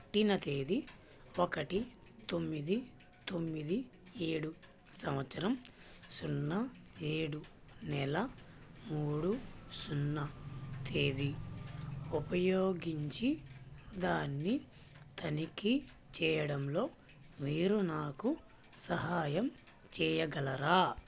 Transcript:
పుట్టిన తేదీ ఒకటి తొమ్మిది తొమ్మిది ఏడు సంవత్సరం సున్నా ఏడు నెల మూడు సున్నా తేదీ ఉపయోగించి దాన్ని తనిఖీ చేయడంలో మీరు నాకు సహాయం చెయ్యగలరా